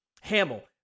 Hamill